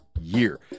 year